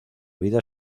vida